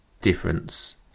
difference